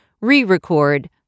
re-record